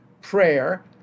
prayer